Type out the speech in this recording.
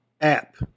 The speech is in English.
app